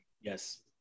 Yes